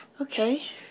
Okay